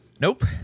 nope